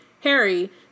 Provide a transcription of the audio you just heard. harry